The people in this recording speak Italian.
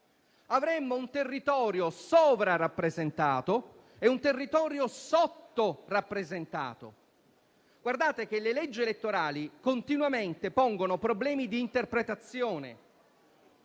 avremmo un territorio sovrarappresentato e un territorio sottorappresentato. Colleghi, le leggi elettorali pongono continuamente problemi di interpretazione,